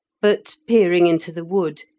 but, peering into the wood,